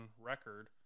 record